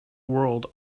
world